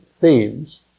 themes